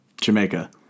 Jamaica